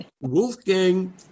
Wolfgang